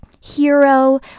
hero